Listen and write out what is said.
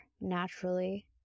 naturally